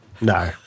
No